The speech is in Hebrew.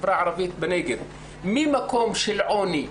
החברה הערבית בנגב ממקום של עוני,